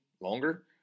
longer